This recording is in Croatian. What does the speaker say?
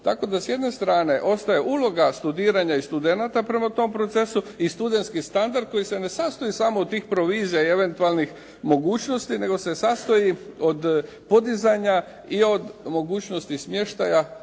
tako da s jedne strane ostaje uloga studiranja i studenata prema tom procesu i studentski standard koji se ne sastoji samo od tih provizija i eventualnih mogućnosti, nego se sastoji od podizanja i od mogućnosti smještaja